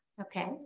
okay